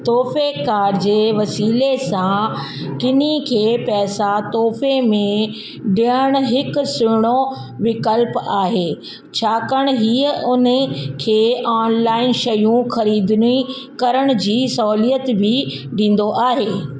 तोहफ़े कार्ड जे वसीले सां किन्ही खे पैसा तोहफ़े में डि॒यण हिकु सुठो विकल्पु आहे छाकाणि हीअ उन्हनि खे ऑनलाइन शयूं ख़रीद करण जी सहूलियतु बि डीं॒दो आहे